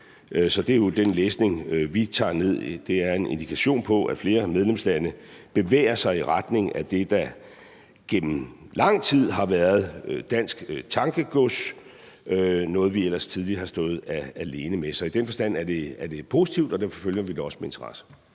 Så det er jo den læsning, vi har. Det er en indikation på, at flere medlemslande bevæger sig i retning af det, der gennem lang tid har været dansk tankegods – noget, vi ellers tidligere har stået alene med. Så i den forstand er det positivt, og derfor følger vi det også med interesse.